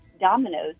dominoes